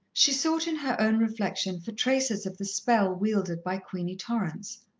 she sought in her own reflection for traces of the spell wielded by queenie torrance.